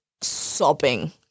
sobbing